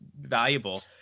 valuable